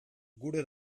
gure